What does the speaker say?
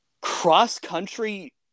cross-country